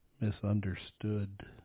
misunderstood